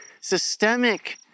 systemic